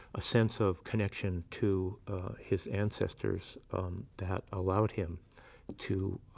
a sense of connection to his ancestors that allowed him to